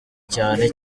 cyane